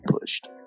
pushed